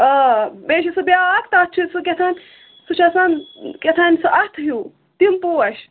آ بیٚیہِ چھُ سُہ بیٛاکھ تَتھ چھُ سُہ کیٛاہتام سُہ چھُ آسان کیٛاہتام اَتھ ہیٛوٗ تِم پوٚش